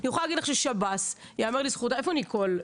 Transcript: איפה ניקול?